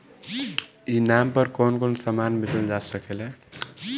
ई नाम पर कौन कौन समान बेचल जा सकेला?